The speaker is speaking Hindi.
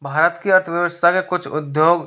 भारत की अर्थव्यवस्था के कुछ उद्योग